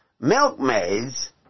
milkmaids